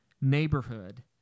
neighborhood